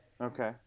Okay